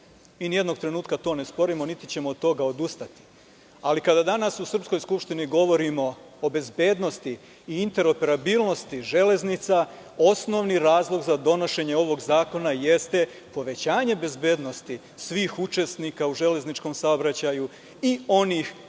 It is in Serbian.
i nijednog trenutka to ne sporimo, niti ćemo od toga odustati, ali kada danas u srpskoj Skupštini govorimo o bezbednosti i interoperabilnosti železnica, osnovni razlog za donošenje ovog zakona jeste povećanje bezbednosti svih učesnika u železničkom saobraćaju, onih koji